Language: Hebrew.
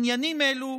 עניינים אלו,